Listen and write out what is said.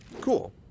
Cool